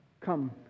come